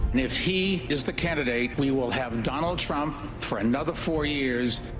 if he is the candidate, we will have donald trump for another four years.